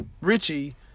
Richie